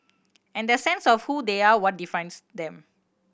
and their sense of who they are what defines them